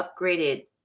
upgraded